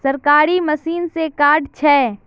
सरकारी मशीन से कार्ड छै?